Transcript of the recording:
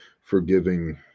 forgiving